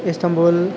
Istanbul